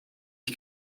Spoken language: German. ich